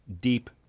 deep